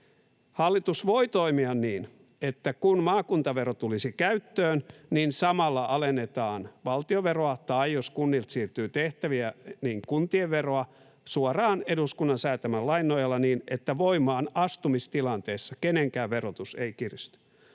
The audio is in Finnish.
Hallitus voi toimia niin, että kun maakuntavero tulisi käyttöön, samalla alennettaisiin valtionveroa — tai jos kunnilta siirtyy tehtäviä, niin kuntien veroa — suoraan eduskunnan säätämän lain nojalla niin, että voimaanastumistilanteessa kenenkään verotus ei kiristy.